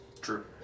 True